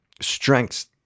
strengths